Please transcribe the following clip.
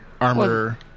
armor